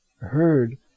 heard